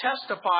testify